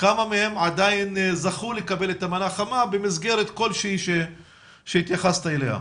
כמה מהם עדיין זכו לקבל את המנה החמה במסגרת כלשהיא שהתייחסת אליה?